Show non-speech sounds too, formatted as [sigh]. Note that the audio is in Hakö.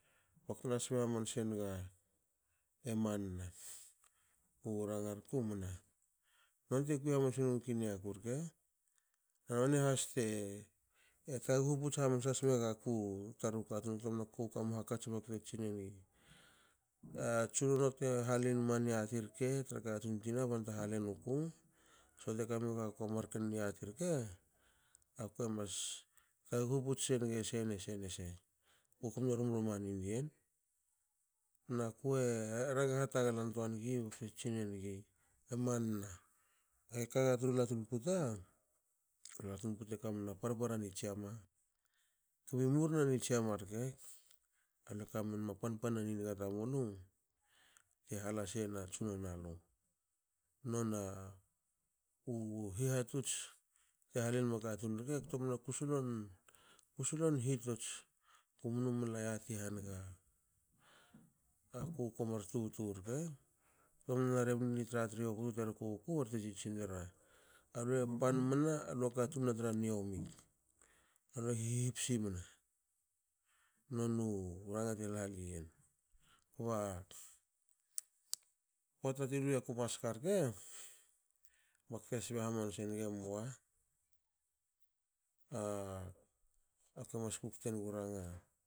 Baktna sbe hamnse naga emanna. U ranga rku mna nonte kui hmansa menguku niaku rkena noni has te taguhu puts hamansa smegaku taru katun ktomna ku kamu hakats bakte tsinegu a tsunono te halinma niati rke tra katun tina bante hale nuku so tekame guakua marken niati rke kue mas taguhu puts sen ge se ne se ne se. Kukomno rum rumaninian na kue ranga hataglan toanigi bte tsinengi emanna gekaga tra latun puta latun puta e kamna parpara ni tsiama kbi murna nitsiama rke ale kamenma panpanna niniga tamulu te hala sena tsunono alu. Nonu hihatots te halinma katun rke [unintelligible] ktomna ku solon hati ats kumnu mla yati haniga aku komar tubtu wurke. Ktomna rebni tratrioku tu terko wuku barte tsitsinera,"alue pan mna alua katun na tra niomi alue hipsi mna,"noni u ranga ti halhali yen kba pota tu luiyaku maska rke bakte sbe hamansenge mua ako mas kukte nugu ranga